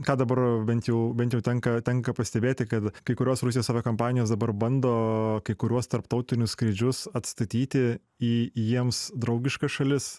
ką dabar bent jau bent jau tenka tenka pastebėti kad kai kurios rusijos aviakompanijos dabar bando kai kuriuos tarptautinius skrydžius atstatyti į jiems draugiškas šalis